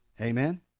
Amen